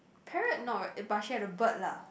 parrot not but share the bird lah